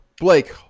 Blake